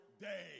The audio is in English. day